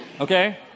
Okay